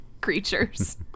creatures